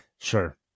Sure